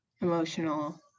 emotional